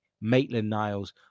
Maitland-Niles